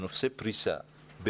בנושא פריסה,